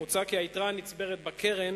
מוצע כי היתרה הנצברת בקרן